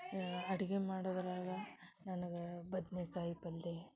ಅಡಿಗೆ ಮಾಡೋದ್ರಾಗ ನನಗೆ ಬದನೇ ಕಾಯಿ ಪಲ್ಯೆ